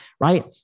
Right